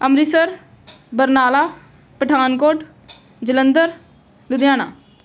Amritsar Barnala Pathankot Jalandhar Ludhiana